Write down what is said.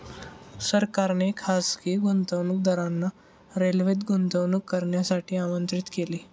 सरकारने खासगी गुंतवणूकदारांना रेल्वेत गुंतवणूक करण्यासाठी आमंत्रित केले